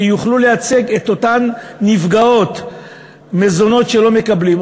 שיוכלו לייצג את אותן נפגעות מכך שמזונות שלא מקבלים,